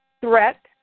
threat